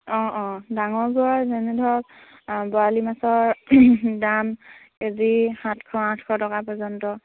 অঁ অঁ ডাঙৰবোৰৰ যেনে ধৰক বৰালি মাছৰ দাম কেজি সাতশ আঠশ টকা পৰ্যন্ত